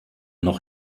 noch